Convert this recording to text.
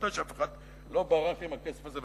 עובדה שאף אחד לא ברח עם הכסף הזה,